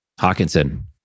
Hawkinson